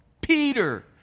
Peter